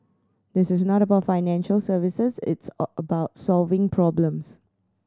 this is not about financial services it's about solving problems